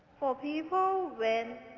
four people